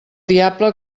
diable